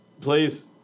please